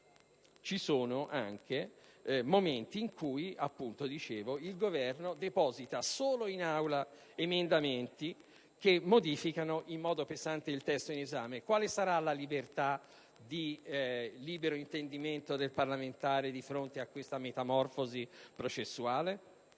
testi. In alcuni casi il Governo presenta solo in Aula emendamenti che modificano in modo pesante il testo in esame. Quale sarà la libertà di intendimento del parlamentare di fronte a questa metamorfosi processuale?